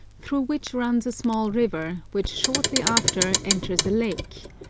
through which runs a small river, which shortly after enters a lake,